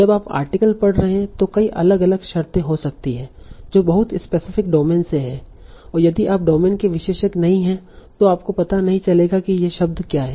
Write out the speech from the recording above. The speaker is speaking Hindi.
जब आप आर्टिकल पढ़ रहे हैं तो कई अलग अलग शर्तें हो सकती हैं जो बहुत स्पेसिफिक डोमेन से हैं और यदि आप डोमेन के विशेषज्ञ नहीं हैं तो आपको पता नहीं चलेगा कि ये शब्द क्या हैं